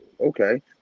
okay